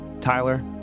Tyler